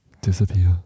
disappear